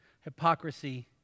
hypocrisy